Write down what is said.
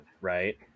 right